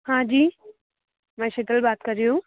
हाँ जी मैं शीतल बात कर रही हूँ